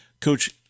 Coach